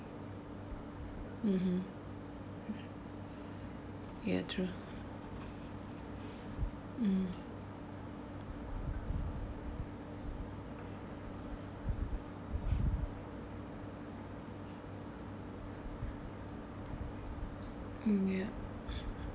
(uh huh) ya true mm ya